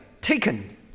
taken